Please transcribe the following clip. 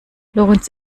lorenz